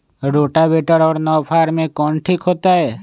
Rotavator और नौ फ़ार में कौन ठीक होतै?